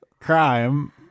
Crime